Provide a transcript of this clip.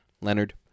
Leonard